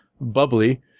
bubbly